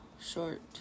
short